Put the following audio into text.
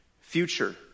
Future